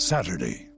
Saturday